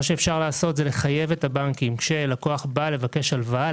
אפשר לחייב את הבנקים כשלקוח בא לבקש הלוואה,